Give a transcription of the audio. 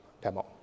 demo